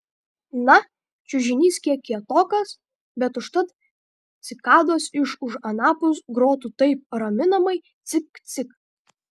na čiužinys kiek kietokas bet užtat cikados iš už anapus grotų taip raminamai cik cik